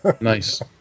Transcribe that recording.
Nice